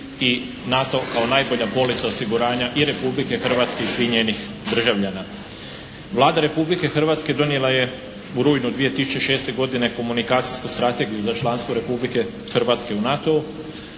i NATO kao najbolja polica osiguranja i Republike Hrvatske i svih njenih državljana. Vlada Republike Hrvatske donijela je u rujnu 2006. godine komunikacijsku strategiju za članstvo Republike Hrvatske u NATO-u